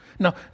Now